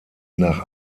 nach